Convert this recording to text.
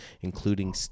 including